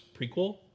prequel